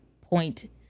point